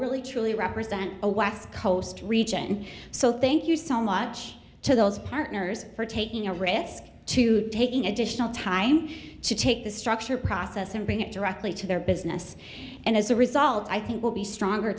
really truly represent a west coast region so thank you so much to those partners for taking a risk to taking additional time to take the structure process and bring it directly to their business and as a result i think we'll be stronger